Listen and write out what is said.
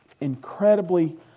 incredibly